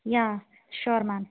yeah sure ma'am